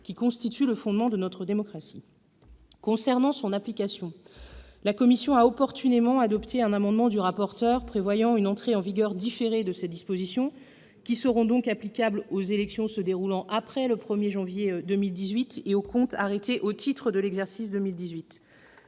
qui constituent le fondement de la démocratie. Concernant son application, la commission des lois a opportunément adopté un amendement du rapporteur prévoyant une entrée en vigueur différée de ces dispositions, qui seront donc applicables aux élections se déroulant après le 1 janvier 2018 et aux comptes arrêtés au titre de l'exercice 2018.